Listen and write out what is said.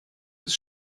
bis